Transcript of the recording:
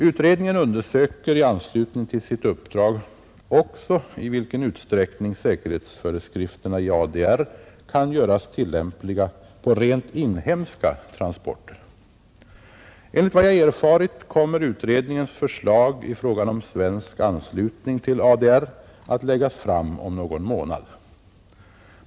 Utredningen undersöker i anslutning till sitt uppdrag också i vilken utsträckning säkerhetsföreskrifterna i ADR kan göras tillämpliga på rent inhemska vägtransporter. Enligt vad jag erfarit kommer utredningens förslag i frågan om svensk anslutning till ADR att läggas fram om någon månad.